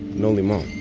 no limon